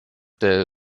der